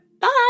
bye